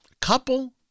couple